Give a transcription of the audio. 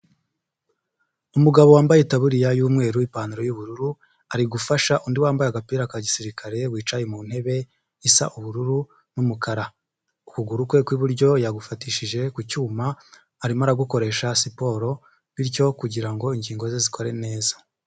Umugabo wambaye itaburiya y'umweru, ipantaro y'ubururu ari gufasha undi wambaye agapira ka gisirikare wicaye mu ntebe isa ubururu n'umukara, ukuguru kwe kw'iburyo yagufatishije ku cyuma arimo aragukoresha siporo bityo kugira ngo ingingo ze zikore neza.